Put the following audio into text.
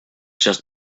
just